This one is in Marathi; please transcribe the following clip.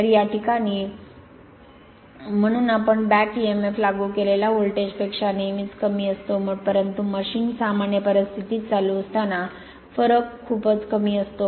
तर या प्रकरणात आपण म्हणून बॅक emf लागू केलेल्या व्होल्टेज पेक्षा नेहमीच कमी असतो परंतु मशीन सामान्य परिस्थितीत चालू असताना फरक खूपच कमी असतो